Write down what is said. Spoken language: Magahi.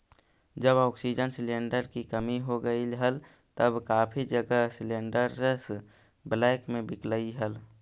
जब ऑक्सीजन सिलेंडर की कमी हो गईल हल तब काफी जगह सिलेंडरस ब्लैक में बिकलई हल